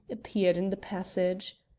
appeared in the passage.